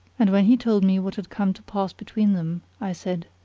and when he told me what had come to pass between them i said,